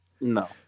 No